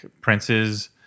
princes